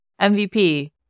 MVP